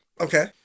Okay